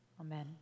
Amen